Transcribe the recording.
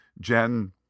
Jen